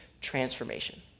transformation